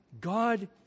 God